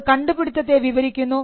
അത് കണ്ടുപിടുത്തത്തെ വിവരിക്കുന്നു